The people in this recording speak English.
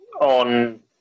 on